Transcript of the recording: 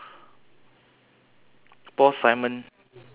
okay the couple the lady will be wearing a flower